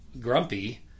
grumpy